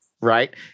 right